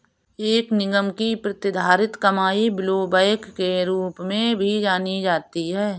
एक निगम की प्रतिधारित कमाई ब्लोबैक के रूप में भी जानी जाती है